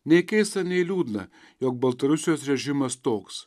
nei keista nei liūdna jog baltarusijos režimas toks